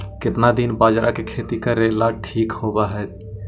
केतना दिन बाजरा के खेती करेला ठिक होवहइ?